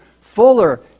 fuller